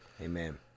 Amen